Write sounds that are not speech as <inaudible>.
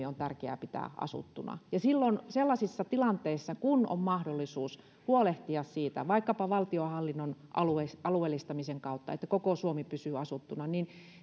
<unintelligible> on tärkeää pitää asuttuna silloin sellaisissa tilanteissa kun on mahdollisuus huolehtia vaikkapa valtionhallinnon alueellistamisen kautta siitä että koko suomi pysyy asuttuna niin